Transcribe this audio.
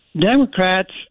Democrats